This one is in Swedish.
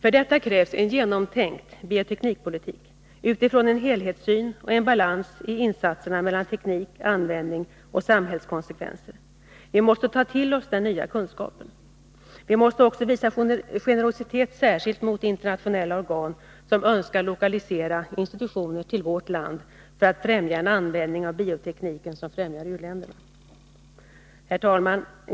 För detta krävs en genomtänkt bioteknik-politik utifrån en helhetssyn och en balans i insatserna mellan teknik-användning-samhällskonsekvenser. Vi måste ta till oss ny kunskap. Vi måste visa generositet särskilt mot internationella organ som önskar lokalisera institutioner till vårt land för att främja en användning av biotekniken som gagnar u-länderna. Herr talman!